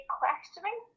questioning